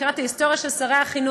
אני מכירה את ההיסטוריה של שרי החינוך: